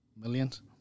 millions